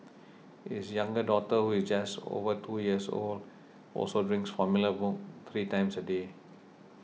his younger daughter who is just over two years old also drinks formula milk three times a day